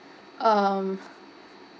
um